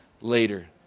later